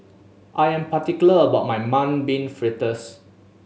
I am particular about my Mung Bean Fritters